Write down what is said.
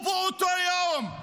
ובאותו יום,